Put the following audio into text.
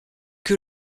que